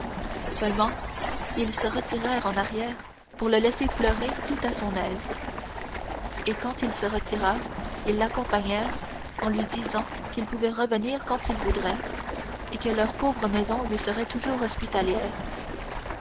seulement ils se retirèrent en arrière pour le laisser pleurer tout à son aise et quand il se retira ils l'accompagnèrent en lui disant qu'il pouvait revenir quand il voudrait et que leur pauvre maison lui serait toujours hospitalière